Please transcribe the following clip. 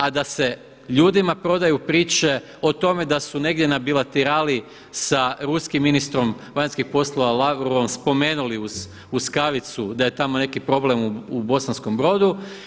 A da se ljudima prodaju priče o tome da su negdje na bilaterali sa ruskim ministrom vanjskih poslova Lavrovom spomenuli uz kavicu da je tamo neki problem u Bosanskom Brodu.